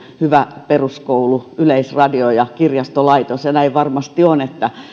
hyvä peruskoulu yleisradio ja kirjastolaitos ja näin varmasti on että